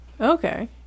Okay